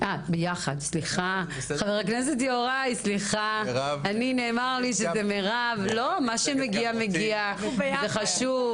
חברת הכנסת מירב כהן עושה